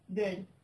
girl